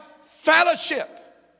fellowship